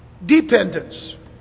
dependence